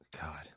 God